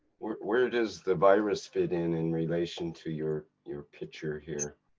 where, where does the virus fit in, in relation to your, your picture here?